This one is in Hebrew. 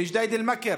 בג'דיידה אל-מכר.